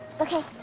okay